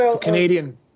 Canadian